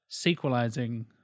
sequelizing